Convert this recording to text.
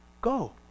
go